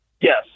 Yes